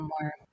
more